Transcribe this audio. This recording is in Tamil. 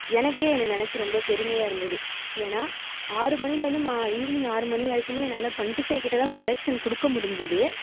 எனக்கே என்னை நினச்சு ரொம்ப பெருமையாக இருந்தது ஏனால் ஆறு மணிலேருந்து ஈவ்னிங் ஆறு மணி வரைக்குமே என்னால் டூவண்டி ஃபைவ் கிட்டேதான் வரைக்குத்தான் ப்ரொடக்ஷன் கொடுக்க முடிஞ்சுது